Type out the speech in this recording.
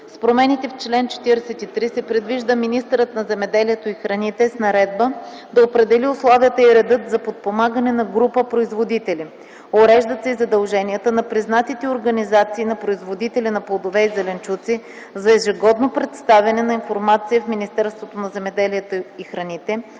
С промените в чл. 43 се предвижда министърът на земеделието и храните с наредба да определи условията и редът за подпомагане на групи производители. Уреждат се и задълженията на признатите организации на производители на плодове и зеленчуци за ежегодно представяне на информация в Министерството на земеделието и храните,